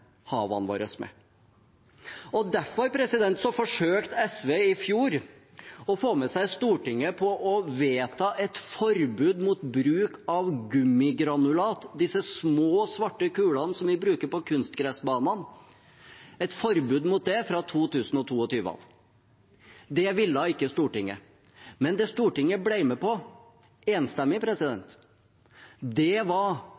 havene våre med. Derfor forsøkte bl.a. SV i fjor å få med seg Stortinget på å vedta et forbud mot bruk av gummigranulat – disse små, svarte kulene som vi bruker på kunstgressbanene – fra 2022 av. Det ville ikke Stortinget. Men det Stortinget enstemmig ble med på,